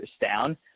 down